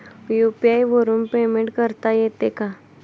UPI वरून payment करता येते का?